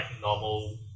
normal